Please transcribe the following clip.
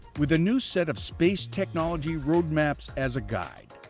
with a new set of space technology roadmaps as a guide,